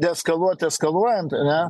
deeskaluoti eskaluojant ane